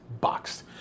boxed